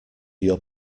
your